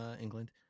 England